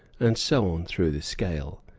and so on through the scale.